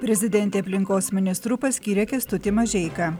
prezidentė aplinkos ministru paskyrė kęstutį mažeiką